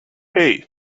hey